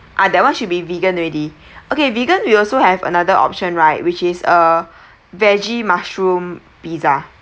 ah that [one] should be vegan already okay vegan we also have another option right which is err veggie mushroom pizza